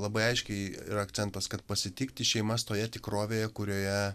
labai aiškiai yra akcentas kad pasitikti šeimas toje tikrovėje kurioje